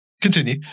Continue